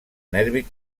nervi